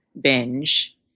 binge